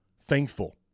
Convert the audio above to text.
Thankful